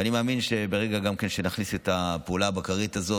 ואני מאמין שברגע שנכניס את הפעולה הבקרית הזו,